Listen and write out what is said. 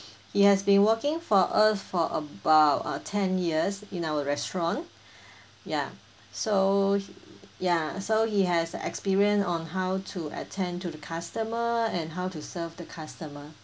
he has been working for us for about uh ten years in our restaurant ya so ya so he has experience on how to attend to the customer and how to serve the customer